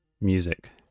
music